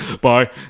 Bye